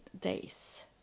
days